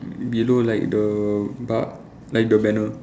below like the bar like the banner